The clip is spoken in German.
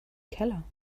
keller